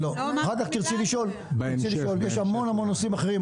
יש המון נושאים אחרים,